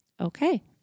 Okay